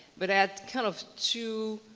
but at kind of two